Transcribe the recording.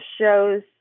shows